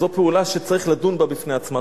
זו פעולה שצריכים לדון בה בפני עצמה.